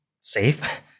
safe